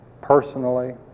personally